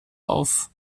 auf